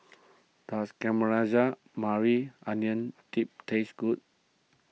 does Caramelized Maui Onion Dip taste good